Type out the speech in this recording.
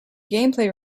gameplay